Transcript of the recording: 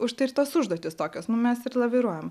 už tai ir tos užduotys tokios nu mes ir laviruojam